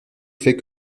fait